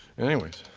anyways.